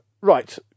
Right